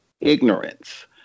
ignorance